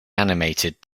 animated